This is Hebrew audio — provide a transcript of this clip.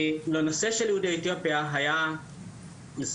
לנושא של יהודי אתיופיה היה ניסיון,